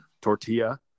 Tortilla